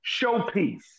showpiece